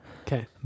Okay